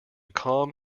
calm